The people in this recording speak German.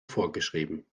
vorgeschrieben